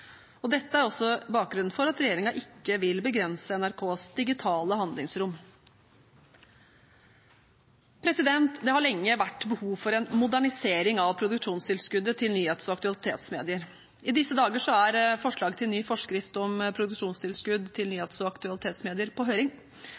Dette er også bakgrunnen for at regjeringen ikke vil begrense NRKs digitale handlingsrom. Det har lenge vært behov for en modernisering av produksjonstilskuddet til nyhets- og aktualitetsmedier. I disse dager er forslag til ny forskrift om produksjonstilskudd til